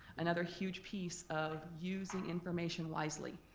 another huge piece of using information wisely.